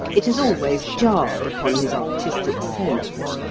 it has always jarred upon his artistic sense.